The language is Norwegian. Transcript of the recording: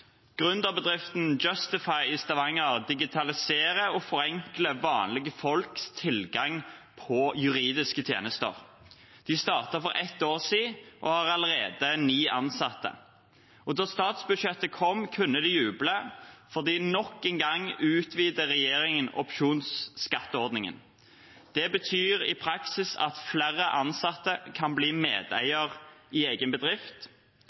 Gründerbedriften Justify i Stavanger digitaliserer og forenkler vanlige folks tilgang på juridiske tjenester. De startet for ett år siden og har allerede ni ansatte. Da statsbudsjettet kom, kunne de juble, for nok en gang utvider regjeringen opsjonsskatteordningen. Det betyr i praksis at flere ansatte kan bli medeiere i egen bedrift.